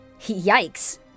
Yikes